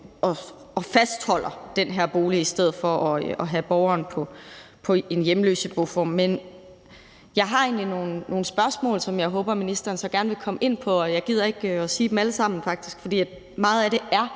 at fastholde den her bolig i stedet for at have borgeren på en hjemløseboform. Men jeg har egentlig nogle spørgsmål, som jeg håber at ministeren gerne vil komme ind på. Jeg gider faktisk ikke nævne dem alle sammen, for mange af dem er